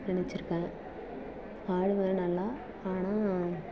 நினச்சிருக்கேன் ஆடுவேன் நல்லா ஆனால்